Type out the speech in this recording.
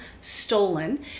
stolen